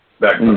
back